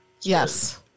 Yes